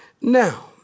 Now